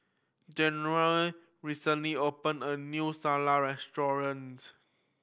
Jerimy recently opened a new Salsa Restaurant